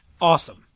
awesome